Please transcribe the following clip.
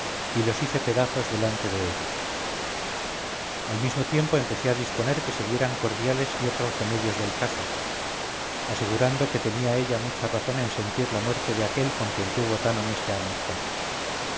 y los hice pedazos delante de ella al mismo tiempo empecé a disponer que se dieran cordiales y otros remedios del caso asegurando que tenía ella mucha razón en sentir la muerte de aquel con quien tuvo tan honesta amistad